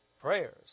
Prayers